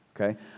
Okay